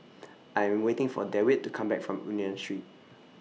I Am waiting For Dewitt to Come Back from Union Street